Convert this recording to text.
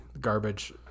garbage